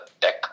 tech